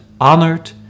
honored